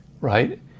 right